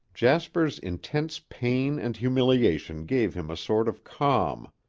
jasper's intense pain and humiliation gave him a sort of calm.